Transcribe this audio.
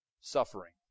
suffering